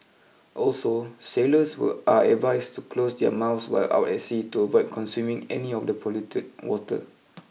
also sailors were are advised to close their mouths while out at sea to avoid consuming any of the polluted water